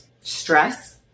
stress